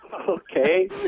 Okay